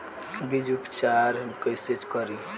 बीज उपचार कईसे करी?